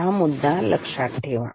हा मुद्दा तुम्ही लक्षात ठेवा